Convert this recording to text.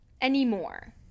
Anymore